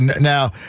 Now